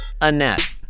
Annette